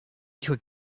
took